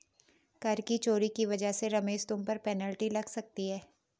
कर की चोरी की वजह से रमेश तुम पर पेनल्टी लग सकती है